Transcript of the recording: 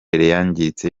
yangiritse